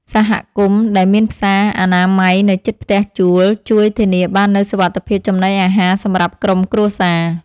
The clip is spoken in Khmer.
សហគមន៍ដែលមានផ្សារអនាម័យនៅជិតផ្ទះជួលជួយធានាបាននូវសុវត្ថិភាពចំណីអាហារសម្រាប់ក្រុមគ្រួសារ។